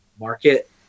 market